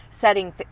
setting